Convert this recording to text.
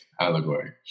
allegory